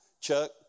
Chuck